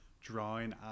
drawing